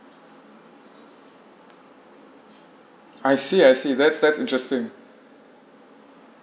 I see I see that's that's interesting